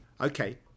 Okay